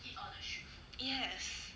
yes